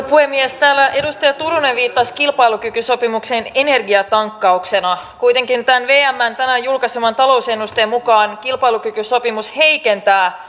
puhemies täällä edustaja turunen viittasi kilpailukykysopimukseen energiatankkauksena kuitenkin vmn tänään julkaiseman talousennusteen mukaan kilpailukykysopimus heikentää